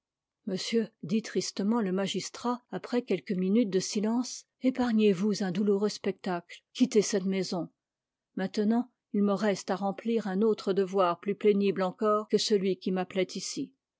monsieur dit tristement le magistrat après quelques minutes de silence épargnez-vous un douloureux spectacle quittez cette maison maintenant il me reste à remplir un autre devoir plus pénible encore que celui qui m'appelait ici